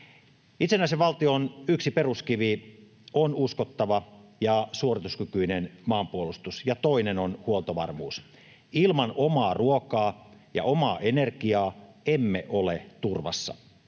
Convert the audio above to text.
Itsenäisen valtion yksi peruskivi on uskottava ja suorituskykyinen maanpuolustus ja toinen on huoltovarmuus. Ilman omaa ruokaa ja omaa energiaa emme ole turvassa.